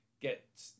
get